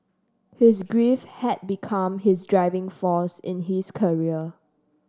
his grief had become his driving force in his career